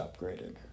upgraded